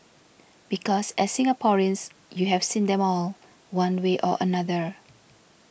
because as Singaporeans you have seen them all one way or another